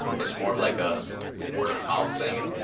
it's more of like a ah word of mouth thing,